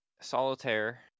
Solitaire